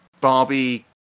Barbie